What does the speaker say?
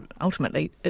ultimately